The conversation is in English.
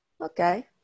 okay